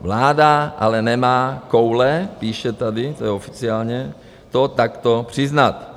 Vláda ale nemá koule píše tady, to je oficiálně to takto přiznat.